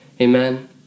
Amen